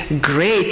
great